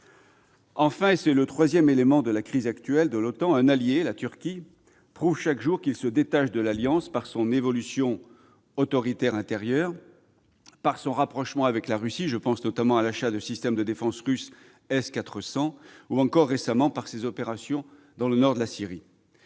Enfin, et c'est le troisième élément de la crise actuelle de l'OTAN, un allié, la Turquie, prouve chaque jour qu'il se détache de l'Alliance par son évolution autoritaire intérieure, par son rapprochement avec la Russie- je pense notamment à l'achat de systèmes de défense russes S-400 -ou encore, récemment, par ses opérations dans le nord de la Syrie.